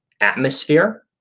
atmosphere